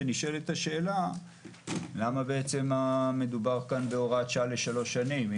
ונשאלת השאלה למה בעצם מדובר כאן בהוראת שעה ל-3 שנים.